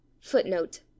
footnote